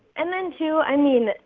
and then, too, i mean,